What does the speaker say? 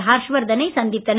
ஹர்ஷ்வர்தனை சந்தித்தனர்